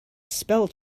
spell